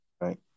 Right